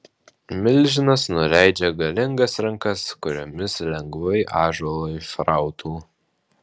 milžinas nuleidžia galingas rankas kuriomis lengvai ąžuolą išrautų